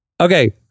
Okay